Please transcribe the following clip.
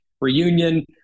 reunion